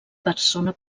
persona